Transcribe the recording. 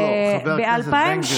לא, חבר הכנסת בן גביר.